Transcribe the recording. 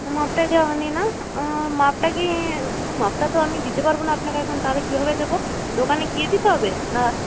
মাপটা মাপটা কি মাপটা তো আমি দিতে পারবো না আপনাকে এখন তাহলে কীভাবে দেবো দোকানে গিয়ে দিতে হবে না